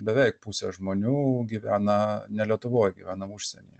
beveik pusė žmonių gyvena ne lietuvoj gyvena užsienyje